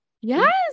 Yes